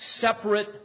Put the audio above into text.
separate